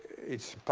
it's,